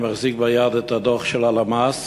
אני מחזיק ביד את הדוח של הלמ"ס,